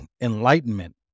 enlightenment